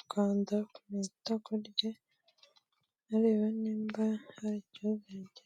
akanda ku itako rye areba nimba hariryovnge.